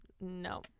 No